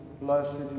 blessed